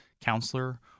counselor